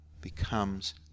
becomes